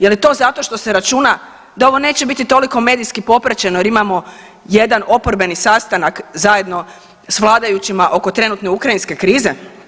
Je li to zato što se računa da ovo neće biti toliko medijski popraćeno jer imamo jedan oporbeni sastanak zajedno s vladajućima oko trenutne ukrajinske krize.